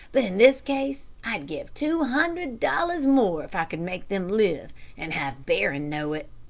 but in this case i'd give two hundred dollars more if i could make them live and have barron know it.